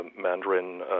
Mandarin